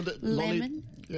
Lemon